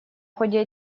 ходе